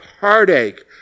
heartache